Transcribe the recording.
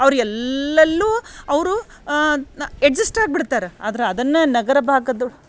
ಅವ್ರು ಎಲ್ಲೆಲ್ಲೋ ಅವರು ನ ಎಡ್ಜೆಸ್ಟ್ ಆಗ್ಬಿಡ್ತಾರ ಆದ್ರೆ ಅದನ್ನು ನಗರ ಭಾಗದೊಳ್